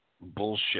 bullshit